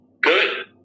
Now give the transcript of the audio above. Good